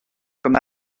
comme